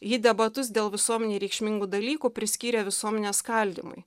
ji debatus dėl visuomenei reikšmingų dalykų priskyrė visuomenės skaldymui